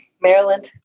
Maryland